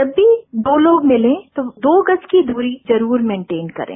जब भी दो लोग मिलें तो दो गज की दूरी जरूर मेंटेन करें